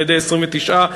על-ידי 29,